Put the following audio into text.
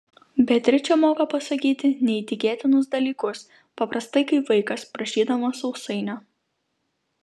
beatričė moka pasakyti neįtikėtinus dalykus paprastai kaip vaikas prašydamas sausainio